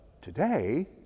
today